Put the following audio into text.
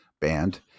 band